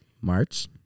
March